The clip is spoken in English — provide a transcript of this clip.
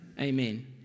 Amen